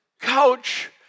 couch